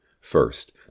First